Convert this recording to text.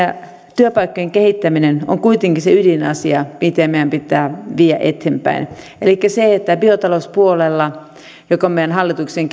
työpaikkojen kehittäminen on kuitenkin se ydinasia mitä meidän pitää viedä eteenpäin elikkä miten me saisimme biotalouspuolella joka on meidän hallituksen